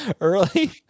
Early